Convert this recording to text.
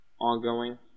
ongoing